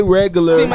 regular